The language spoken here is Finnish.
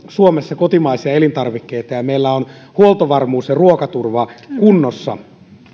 suomessa kotimaisia elintarvikkeita ja ja meillä on huoltovarmuus ja ruokaturva kunnossa